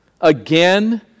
again